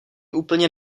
úplně